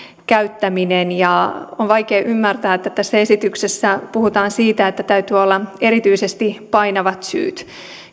käyttäminen ja on vaikea ymmärtää että tässä esityksessä puhutaan siitä että täytyy olla erityisesti painavat syyt